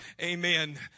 amen